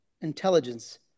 intelligence